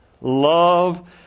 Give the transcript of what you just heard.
Love